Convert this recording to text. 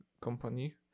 company